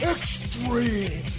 Extreme